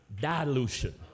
dilution